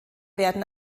werden